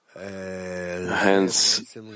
Hence